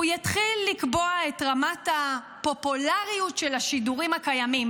הוא יתחיל לקבוע את רמת הפופולריות של השידורים הקיימים.